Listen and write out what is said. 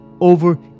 over